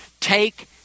Take